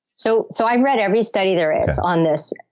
so so i've read every study there is on this.